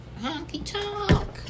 Honky-tonk